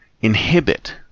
inhibit